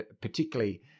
particularly